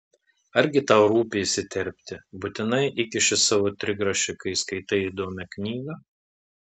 argi tau rūpi įsiterpti būtinai įkišti savo trigrašį kai skaitai įdomią knygą